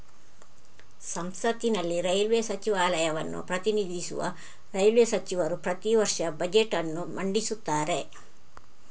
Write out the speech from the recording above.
ಸಂಸತ್ತಿನಲ್ಲಿ ರೈಲ್ವೇ ಸಚಿವಾಲಯವನ್ನು ಪ್ರತಿನಿಧಿಸುವ ರೈಲ್ವೇ ಸಚಿವರು ಪ್ರತಿ ವರ್ಷ ಬಜೆಟ್ ಅನ್ನು ಮಂಡಿಸುತ್ತಾರೆ